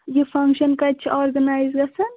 یہِ فنٛکشَن کَتہِ چھِ آرگٕنایِز گَژھان